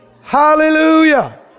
Hallelujah